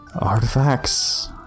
artifacts